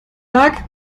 tag